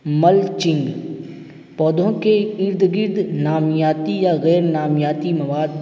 mulching پودوں کے ارد گرد نامیاتی یا غیر نامیاتی مواد